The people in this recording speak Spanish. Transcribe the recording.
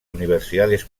universidades